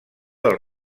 del